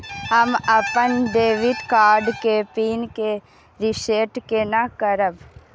हम अपन debit card के पिन के रीसेट केना करब?